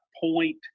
point